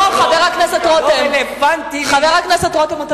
לא, חבר הכנסת רותם.